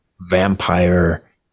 vampire